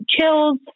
chills